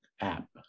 app